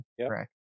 correct